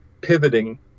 pivoting